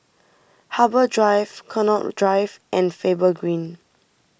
Harbour Drive Connaught Drive and Faber Green